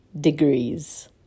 degrees